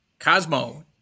Cosmo